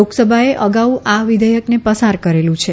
લોકસભાએ અગાઉ આ વિધેયકને પસાર કરેલુ છે